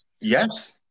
Yes